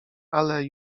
ale